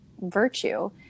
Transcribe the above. virtue